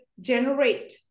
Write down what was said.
generate